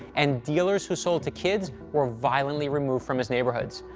and dealers who sold to kids were violently removed from his neighborhoods.